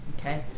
Okay